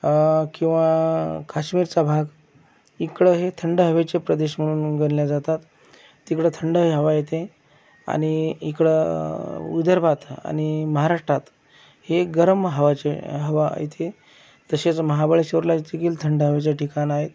किंवा काश्मीरचा भाग इकडं हे थंड हवेचे प्रदेश म्हणून गणले जातात तिकडं थंड हे हवा येते आणि इकडं विदर्भात आणि महाराष्ट्रात हे गरम हवाचे हवा येते तसेच महाबळेश्वरला देखील थंड हवेचे ठिकाण आहे